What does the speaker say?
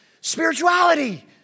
spirituality